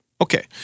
Okay